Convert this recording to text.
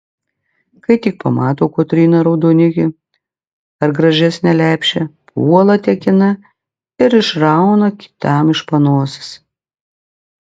kai tik pamato kotryna raudonikį ar gražesnę lepšę puola tekina ir išrauna kitam iš panosės